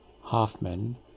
Hoffman